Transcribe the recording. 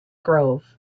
grove